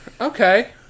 okay